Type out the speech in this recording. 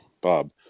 Bob